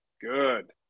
Good